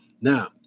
Now